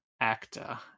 actor